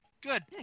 Good